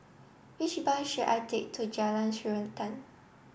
which bus should I take to Jalan Srantan